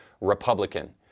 Republican